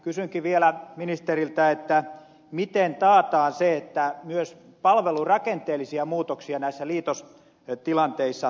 kysynkin vielä ministeriltä miten taataan se että myös palvelurakenteelliset muutokset näissä liitostilanteissa toteutuvat